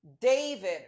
david